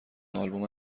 آلبوم